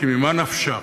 כי ממה נפשך?